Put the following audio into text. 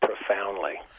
profoundly